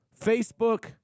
Facebook